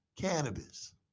cannabis